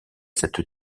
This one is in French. cette